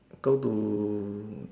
go to